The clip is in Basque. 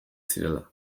zirela